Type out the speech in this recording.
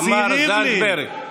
תמר זנדברג.